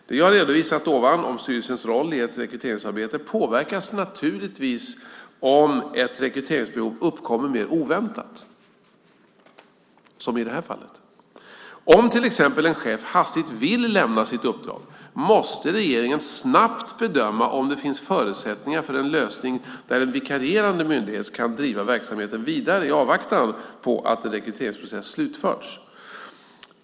Det jag nu redovisat om styrelsens roll i ett rekryteringsarbete påverkas naturligtvis om ett rekryteringsbehov uppkommer mer oväntat, som i det här fallet. Om till exempel en chef hastigt vill lämna sitt uppdrag måste regeringen snabbt bedöma om det finns förutsättningar för en lösning där en vikarierande myndighetschef kan driva verksamheten vidare i avvaktan på att en rekryteringsprocess slutförs.